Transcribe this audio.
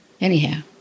Anyhow